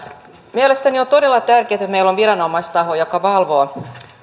mielestäni on todella tärkeätä että meillä on viranomaistaho joka valvoo